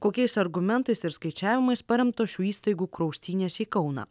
kokiais argumentais ir skaičiavimais paremtos šių įstaigų kraustynės į kauną